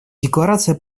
декларация